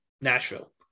Nashville